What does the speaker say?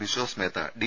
Biswas Mehta D